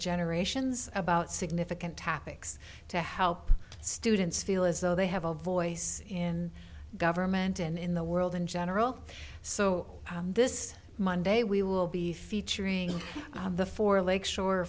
generations about significant tactics to help students feel as though they have a voice in government and in the world in general so this monday we will be featuring the four lakeshore